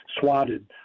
swatted